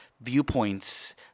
viewpoints